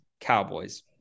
Cowboys